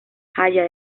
haya